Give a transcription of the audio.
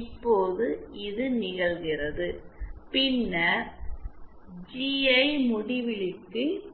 இப்போது இது நிகழ்கிறது பின்னர் ஜிஐ முடிவிலிக்கு செல்கிறது